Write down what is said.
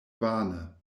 vane